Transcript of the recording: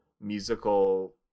musical